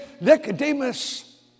Nicodemus